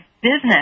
business